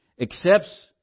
accepts